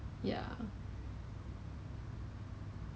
no no no err sembawang shopping